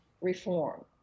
reform